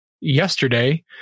yesterday